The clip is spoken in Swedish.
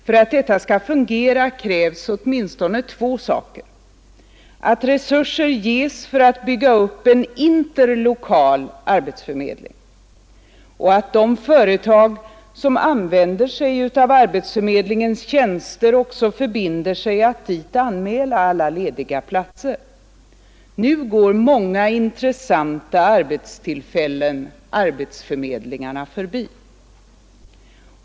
För att detta skall fungera krävs åtminstone två saker: att resurser ges att bygga upp en interlokal arbetsförmedling och att de företag som använder arbetsförmedlingens tjänster också förbinder sig att dit anmäla alla lediga platser. Nu går många intressanta arbetstillfällen arbetsförmedlingarna förbi.